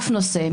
אף נושא.